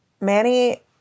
Manny